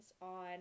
on